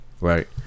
right